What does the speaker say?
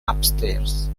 upstairs